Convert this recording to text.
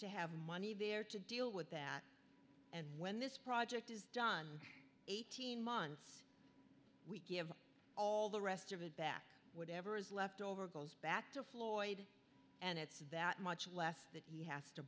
to have money there to deal with that and when this project is done eighteen months we give all the rest of it back whatever is left over goes back to floyd and it's that much less that he has to